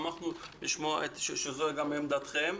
שמחנו לשמוע שזאת גם עמדתכם.